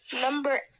number